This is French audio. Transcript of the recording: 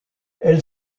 elle